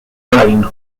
rain